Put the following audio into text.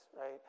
right